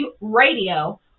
Radio